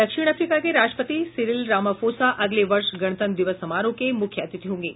दक्षिण अफ्रीका के राष्ट्रपति सिरिल रामाफोसा अगले वर्ष गणतंत्र दिवस समारोह के मुख्य अतिथि होंगे